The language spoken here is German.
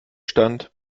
stand